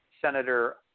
Senator